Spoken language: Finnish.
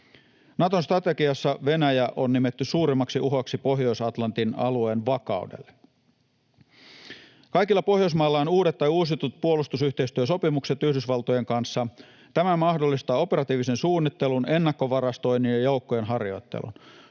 Naton strategiassa Venäjä on nimetty suurimmaksi uhaksi Pohjois-Atlantin alueen vakaudelle. Kaikilla Pohjoismailla on uudet tai uusitut puolustusyhteistyösopimukset Yhdysvaltojen kanssa. Tämä mahdollistaa operatiivisen suunnittelun, ennakkovarastoinnin ja joukkojen harjoittelun.